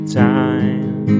time